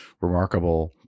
remarkable